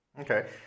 Okay